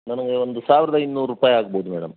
ನನಗೆ ಒಂದು ಸಾವಿರದ ಇನ್ನೂರು ರೂಪಾಯಿ ಆಗ್ಬೋದು ಮೇಡಮ್